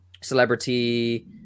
celebrity